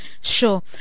Sure